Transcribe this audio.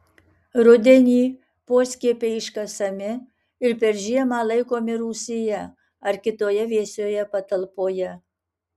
rudenį poskiepiai iškasami ir per žiemą laikomi rūsyje ar kitoje vėsioje patalpoje